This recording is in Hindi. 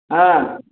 हाँ